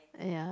ya